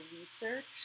research